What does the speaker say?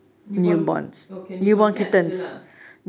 newborn okay newborn cats jer lah